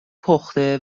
پخته